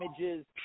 images